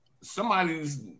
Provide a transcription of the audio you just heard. somebody's